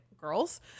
girls